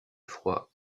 froid